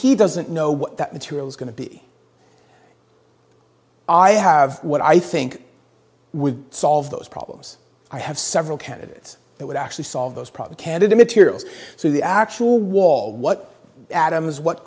he doesn't know what that material is going to be i have what i think would solve those problems i have several candidates that would actually solve those problems candidly materials so the actual wall what atoms what